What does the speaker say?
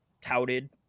touted